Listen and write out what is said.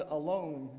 alone